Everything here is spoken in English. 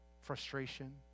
frustration